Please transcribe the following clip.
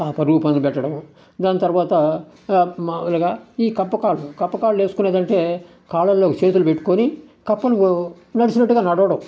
ఆ పరుగు పందెం పెట్టడము దాని తర్వాత మా మూలుగా ఈ కప్పు కాళ్ళు కప్పు కాళ్ళు ఏసుకునేదంటే కాళ్ళలోకి చేతులు పెట్టుకొని కప్పను నడిచినట్టుగా నడవడం